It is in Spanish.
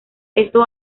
esto